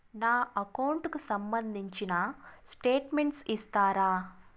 నా అకౌంట్ కు సంబంధించిన స్టేట్మెంట్స్ ఇస్తారా